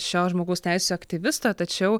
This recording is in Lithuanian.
šio žmogaus teisių aktyvisto tačiau